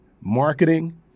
marketing